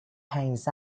hangs